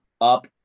up